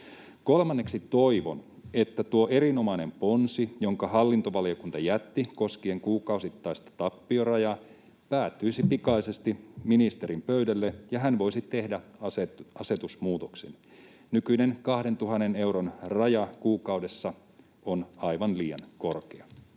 Kolmanneksi toivon, että tuo erinomainen ponsi, jonka hallintovaliokunta jätti koskien kuukausittaista tappiorajaa, päätyisi pikaisesti ministerin pöydälle ja hän voisi tehdä asetusmuutoksen. Nykyinen 2 000 euron raja kuukaudessa on aivan liian korkea.